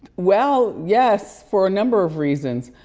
well yes, for a number of reasons.